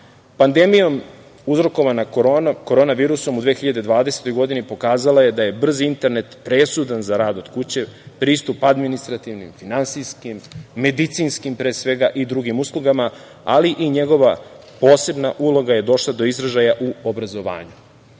uzrokovana korona virusom u 2020. godini pokazala je da je brzi internet presudan za rad od kuće, pristup administrativnim, finansijskim, medicinskim pre svega i drugim uslugama, ali i njegova posebna uloga je došla do izražaja u obrazovanju. Internet